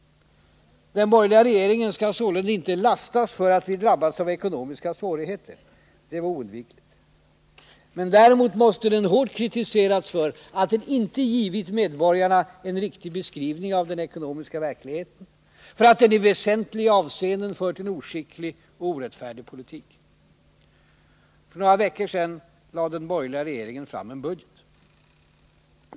Den borgerliga regeringen skall sålunda inte lastas för att vi drabbats av ekonomiska svårigheter. Det var oundvikligt. Men däremot måste den hårt kritiseras för att den inte givit medborgarna en riktig beskrivning av den ekonomiska verkligheten, för att den i väsentliga avseenden fört en oskicklig och orättfärdig politik. För några veckor sedan lade den borgerliga regeringen fram en budget.